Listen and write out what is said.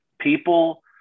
people